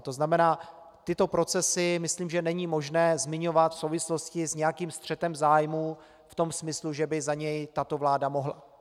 To znamená, že tyto procesy, myslím, není možné zmiňovat v souvislosti s nějakým střetem zájmů v tom smyslu, že by za něj tato vláda mohla.